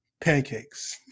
Pancakes